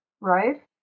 right